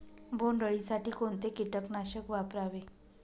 बोंडअळी साठी कोणते किटकनाशक वापरावे?